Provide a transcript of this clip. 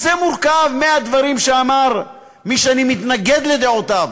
זה מורכב מהדברים שאמר מי שאני מתנגד לדעותיו,